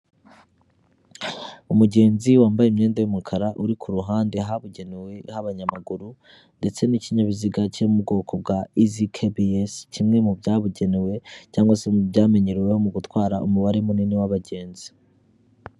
Umugenzi wambaye imyenda y'umukara uri ku ruhande ahabugenewe h'abanyamaguru ndetse n'ikinyabiziga cyo mu bwoko bwa izi kebiyesi kimwe mu byabugenewe cyangwa se mu byamenyereweho mu gutwara umubare munini w'abagenzi.